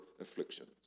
afflictions